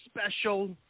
special